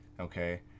okay